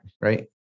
right